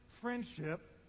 friendship